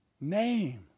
name